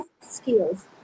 skills